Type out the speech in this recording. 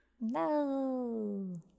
No